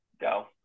go